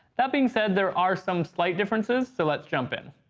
that being said, there are some slight differences, so let's jump in.